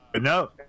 No